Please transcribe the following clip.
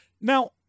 Now